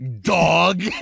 dog